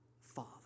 Father